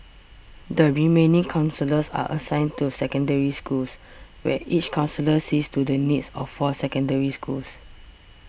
the remaining counsellors are assigned to Secondary Schools where each counsellor sees to the needs of four Secondary Schools